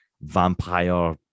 vampire